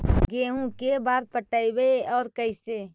गेहूं के बार पटैबए और कैसे?